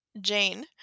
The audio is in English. Jane